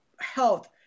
health